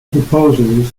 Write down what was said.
proposals